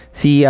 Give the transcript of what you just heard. si